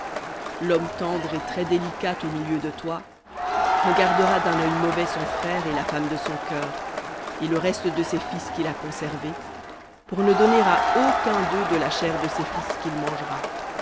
l'homme tendre et très délicat au milieu de toi regardera d'un œil méchant son frère et la femme de son cœur et le reste de ses fils qu'il a conservés pour ne donner à aucun d'eux de la chair de ses fils qu'il mangera